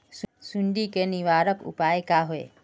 सुंडी के निवारक उपाय का होए?